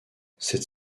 cette